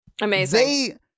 amazing